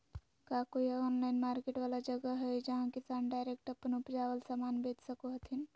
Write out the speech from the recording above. का कोई online market वाला जगह हइ जहां किसान डायरेक्ट अप्पन उपजावल समान बेच सको हथीन?